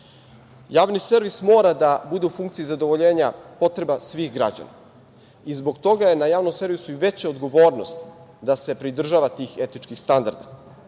ime. Javni servis mora da bude u funkciji zadovoljenja potreba svih građana i zbog toga je na javnom servisu i veća odgovornost da se pridržava tih etičkih standarda.